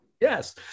yes